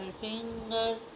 fingers